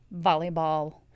volleyball